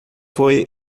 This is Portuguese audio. foi